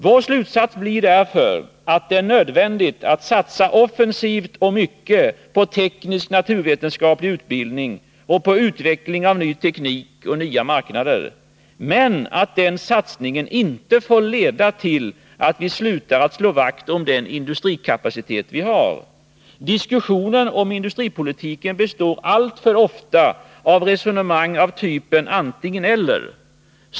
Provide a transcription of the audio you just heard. Vår slutsats blir därför att det är nödvändigt att satsa offensivt och starkt på teknisk-naturvetenskaplig utbildning och på utveckling av ny teknik och nya marknader — men att den satsningen inte får leda till att vi slutar att slå vakt om den industrikapacitet vi har. Diskussionen om industripolitiken består alltför ofta av resonemang av typen antingen-eller.